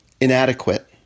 inadequate